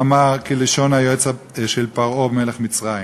אמר, כלשון היועץ של פרעה מלך מצרים.